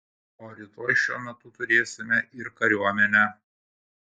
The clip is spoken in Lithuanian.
o rytoj šiuo metu turėsime ir kariuomenę